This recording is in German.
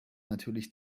natürlich